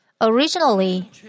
Originally